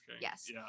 yes